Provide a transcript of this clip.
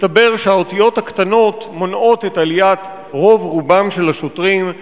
מסתבר שהאותיות הקטנות מונעות את העלייה אצל רוב רובם של השוטרים,